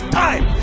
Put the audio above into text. time